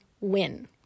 win